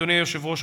אדוני היושב-ראש,